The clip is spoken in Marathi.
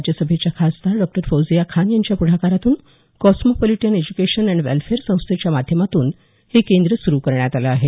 राज्यसभेच्या खासदार डॉक्टर फौजिया खान यांच्या पुढाकारातून कॉस्मोपॉलीटन एज्युकेशन एन्ड वेलफेअर संस्थेच्या माध्यमातून हे केंद्र सुरु करण्यात आलं आहे